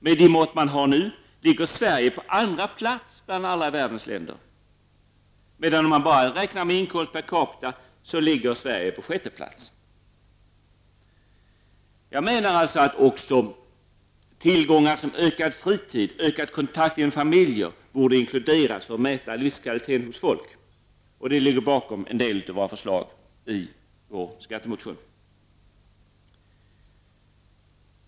Med de mått som man nu har ligger Sverige på andra plats bland världens alla länder. Om man däremot räknar endast inkomst per capita ligger Sverige på sjätte plats. Jag menar att även tillgångar som ökad fritid och ökad kontakt inom familjer borde inkluderas för att mäta livskvalitet hos ett folk. Och detta ligger bakom en del av våra förslag i vår skattemotion.